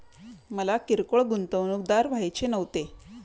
मला किरकोळ गुंतवणूकदार व्हायचे नव्हते